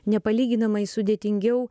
nepalyginamai sudėtingiau